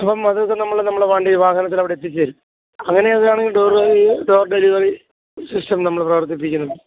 അപ്പം അതൊക്ക നമ്മൾ നമ്മുടെ വണ്ടിയിൽ വാഹനത്തിൽ അവിടെ എത്തിച്ച് തരും അങ്ങനെയുള്ളതാണ് door delivery door delivery system നമ്മൾ പ്രവർത്തിപ്പിക്കുന്നുണ്ട്